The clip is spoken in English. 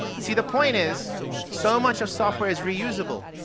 see the point is so much of software is reusable